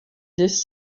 this